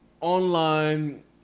Online